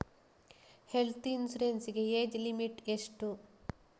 Health insurance ಗೆ age limit ಎಷ್ಟು?